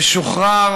ושוחרר,